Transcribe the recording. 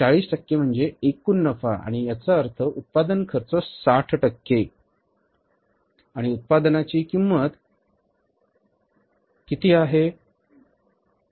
40 टक्के म्हणजे एकूण नफा म्हणजे याचा अर्थ उत्पादन खर्च 60 टक्के उत्पादन खर्च 60 टक्के आणि उत्पादनाची किंमत किती आहे